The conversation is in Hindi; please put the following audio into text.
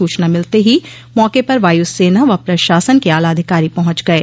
सूचना मिलते ही मौके पर वायु सेना व प्रशासन के आला अधिकारी पहुंच गये